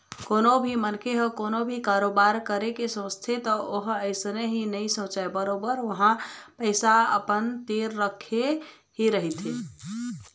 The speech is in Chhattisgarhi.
कोनो भी मनखे ह कोनो भी कारोबार करे के सोचथे त ओहा अइसने ही नइ सोचय बरोबर ओहा पइसा अपन तीर रखे ही रहिथे